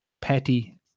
petty